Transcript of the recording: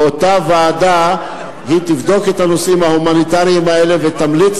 ואותה ועדה תבדוק את הנושאים ההומניטריים האלה ותמליץ